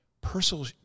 personal